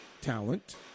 talent